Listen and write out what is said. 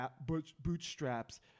bootstraps